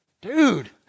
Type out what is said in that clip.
dude